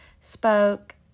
spoke